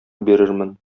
бирермен